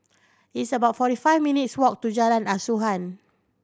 it's about forty five minutes' walk to Jalan Asuhan